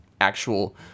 actual